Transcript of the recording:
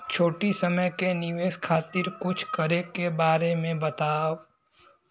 छोटी समय के निवेश खातिर कुछ करे के बारे मे बताव?